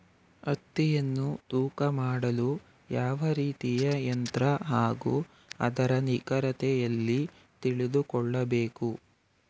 ಹತ್ತಿಯನ್ನು ತೂಕ ಮಾಡಲು ಯಾವ ರೀತಿಯ ಯಂತ್ರ ಹಾಗೂ ಅದರ ನಿಖರತೆ ಎಲ್ಲಿ ತಿಳಿದುಕೊಳ್ಳಬೇಕು?